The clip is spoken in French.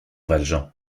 valjean